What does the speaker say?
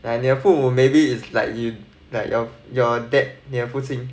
like 你的父母 maybe is like you like your your dad 你的父亲